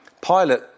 Pilate